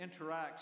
interacts